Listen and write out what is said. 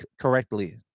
correctly